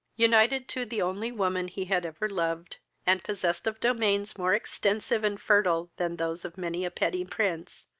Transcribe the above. united to the only woman he had ever loved, and possessed of domains more extensive and fertile than those of many a petty prince,